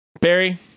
Barry